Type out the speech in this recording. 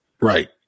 Right